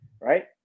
right